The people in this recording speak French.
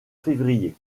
février